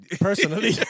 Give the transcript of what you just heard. personally